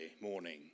morning